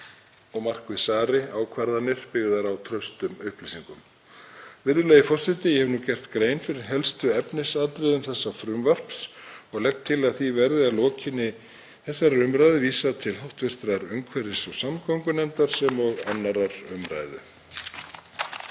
og markvissari ákvarðanir byggðar á traustum upplýsingum. Virðulegi forseti. Ég hef nú gert grein fyrir helstu efnisatriðum þessa frumvarps og legg til að því verði, að lokinni þessari umræðu, vísað til hv. umhverfis- og samgöngunefndar sem og 2. umr.